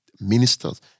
Ministers